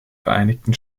vereinigten